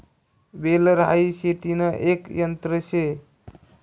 baler हाई शेतीन एक यंत्र शे